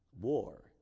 war